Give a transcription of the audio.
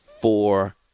four